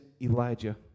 Elijah